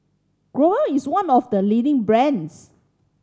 Growell is one of the leading brands